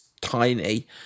Tiny